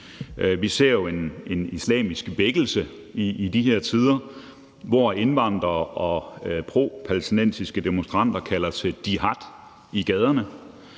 Vi ser jo en islamisk vækkelse i de her tider, hvor indvandrere og propalæstinensiske demonstranter kalder til jihad i gaderne.